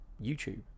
YouTube